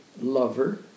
lover